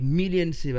millions